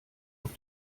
auf